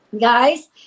guys